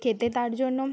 খেতে তার জন্য